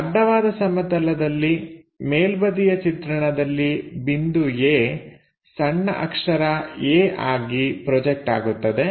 ಅಡ್ಡವಾದ ಸಮತಲದಲ್ಲಿ ಮೇಲ್ಬದಿಯ ಚಿತ್ರಣದಲ್ಲಿ ಬಿಂದು A ಸಣ್ಣ ಅಕ್ಷರ a ಆಗಿ ಪ್ರೊಜೆಕ್ಟ್ ಆಗುತ್ತದೆ